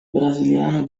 brasiliano